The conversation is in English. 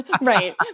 Right